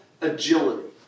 agility